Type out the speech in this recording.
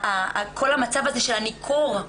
כל המצב הזה של הניכור,